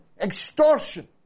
Extortion